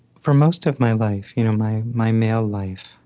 for most of my life, you know my my male life,